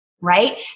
right